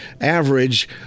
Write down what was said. average